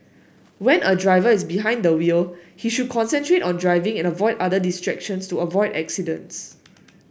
when a driver is behind the wheel he should concentrate on driving and avoid other distractions to avoid accidents